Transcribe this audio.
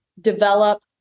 develop